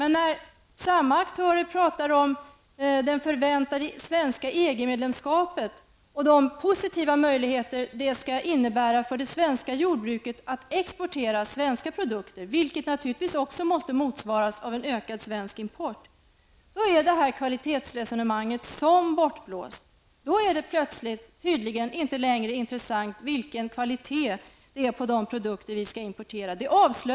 När samma aktörer talar om det förväntade svenska EG-medlemskapet och de positiva möjligheter det skall innebära för det svenska jordbruket att exportera våra produkter -- vilket naturligtvis måste motsvaras av en ökad svensk export -- då är kvalitetsresonemanget som bortblåst. Då är tydligen inte längre kvaliteten på de produkter som vi importerar intressant.